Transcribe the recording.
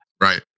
Right